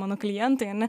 mano klientai ane